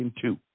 two